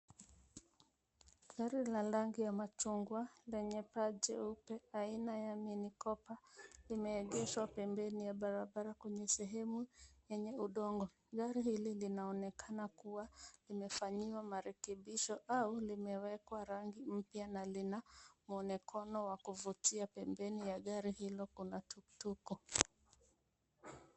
Gari la rangi ya machungwa lenye paa jeupe aina ya minicooper limeegeshwa pembeni ya barabara kwenye sehemu yenye udongo gari hili linaonekana kua limefanyiwa marekebisho au limewekwa rangi mpya na lina muonekano wa kuvutia pembeni ya gari hilo kuna tuktuk.